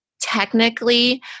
Technically